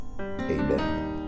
Amen